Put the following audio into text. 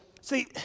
see